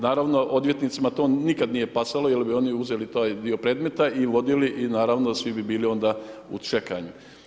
Naravno odvjetnicima to nikad nije pasalo jer bi oni uzeli taj dio predmeta i vodili i naravno svi bi bili onda u čekanju.